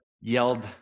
yelled